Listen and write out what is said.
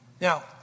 Now